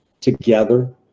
together